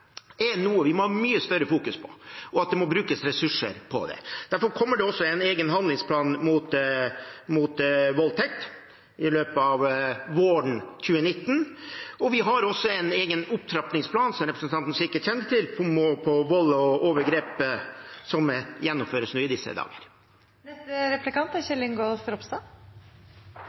er noe vi må fokusere mye mer på, og det må brukes ressurser på det. Derfor kommer det også en egen handlingsplan mot voldtekt i løpet av våren 2019. Vi har også en egen opptrappingsplan mot vold og overgrep – som representanten sikkert kjenner til – som gjennomføres nå i disse